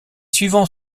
suivants